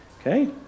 okay